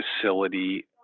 facility